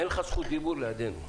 אין לך זכות דיבור לידנו.